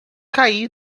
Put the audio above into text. caí